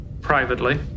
Privately